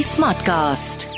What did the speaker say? Smartcast